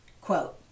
Quote